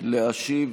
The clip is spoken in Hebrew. להשיב